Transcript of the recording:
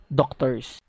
doctors